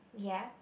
ya